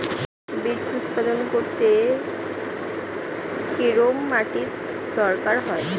Beets উৎপাদন করতে কেরম মাটির দরকার হয়?